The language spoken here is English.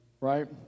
right